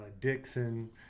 Dixon